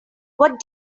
what